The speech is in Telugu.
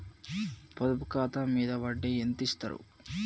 పొదుపు ఖాతా మీద వడ్డీ ఎంతిస్తరు?